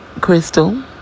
crystal